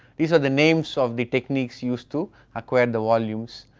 these are the names of the techniques used to acquire the volumes.